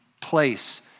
place